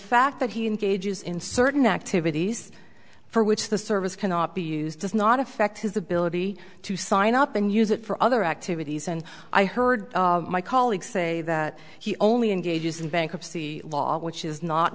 fact that he engages in certain activities for which the service cannot be used does not affect his ability to sign up and use it for other activities and i heard my colleague say that he only engages in bankruptcy law which is not